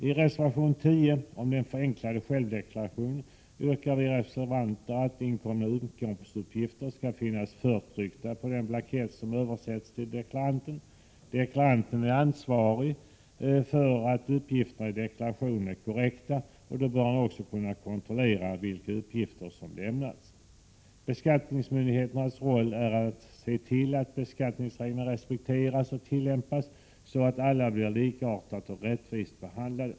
I reservation 10 om den förenklade självdeklarationen yrkar vi reservanter att inkomna inkomstuppgifter skall finnas förtryckta på den blankett som översänds till deklaranten. Denne är ansvarig för att uppgifterna i deklarationen är korrekta, och därmed bör han också kunna kontrollera vilka uppgifter som lämnats. Beskattningsmyndigheternas roll är att se till att beskattningsregler respekteras och tillämpas så att alla blir likartat och rättvist behandlade.